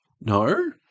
No